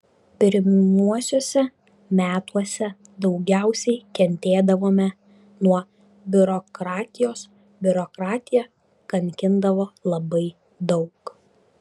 pirmuosiuose metuose daugiausiai kentėdavome nuo biurokratijos biurokratija kankindavo labai daug